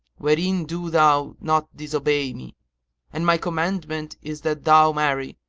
wherein do thou not disobey me and my commandment is that thou marry,